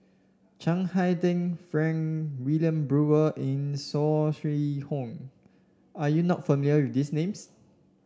Chiang Hai Ding Frank Wilmin Brewer and Saw Swee Hock are you not familiar with these names